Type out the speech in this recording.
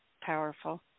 Powerful